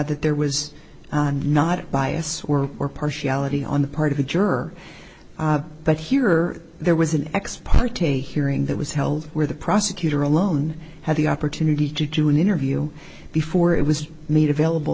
that there was not a bias were or partiality on the part of a jerk but here there was an ex parte hearing that was held where the prosecutor alone had the opportunity to do an interview before it was made available